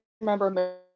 remember